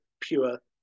pure